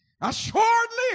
assuredly